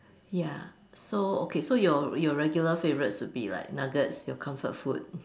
ya so okay so your your regular favourites would be like nuggets your comfort food